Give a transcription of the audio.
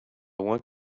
want